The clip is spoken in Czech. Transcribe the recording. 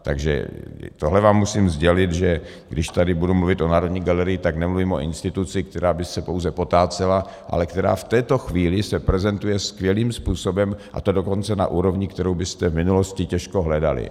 Takže tohle vám musím sdělit, že když tady budu mluvit o Národní galerii, tak nemluvím o instituci, která by se pouze potácela, ale která v této chvíli se prezentuje skvělým způsobem, a to dokonce na úrovni, kterou byste v minulosti těžko hledali.